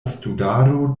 studado